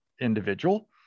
individual